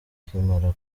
akimara